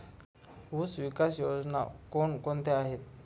ऊसविकास योजना कोण कोणत्या आहेत?